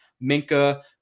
Minka